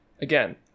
again